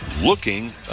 looking